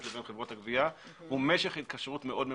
לחברות הגבייה הוא משך התקשרות מאוד ממושך.